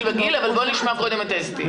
בואו נשמע קודם את אסתי.